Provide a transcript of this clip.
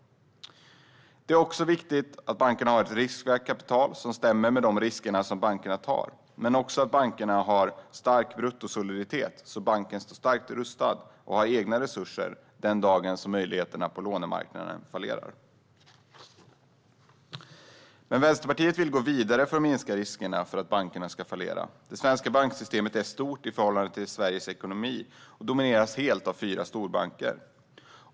Det är också viktigt att bankerna har ett riskvägt kapital som stämmer med de risker som bankerna tar men också att bankerna har en stark bruttosoliditet så att banken står starkt rustad och har egna resurser den dag då möjligheterna på lånemarknaden fallerar. Vänsterpartiet vill gå vidare för att minska riskerna för att bankerna ska fallera. Det svenska banksystemet är stort i förhållande till Sveriges ekonomi och domineras helt av fyra storbanker.